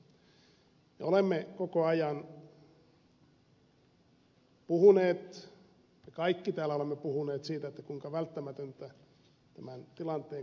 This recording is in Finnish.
olemme koko ajan puhuneet me kaikki täällä olemme puhuneet siitä kuinka välttämätöntä tämän tilanteen korjaaminen on